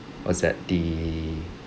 what's that the